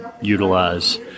utilize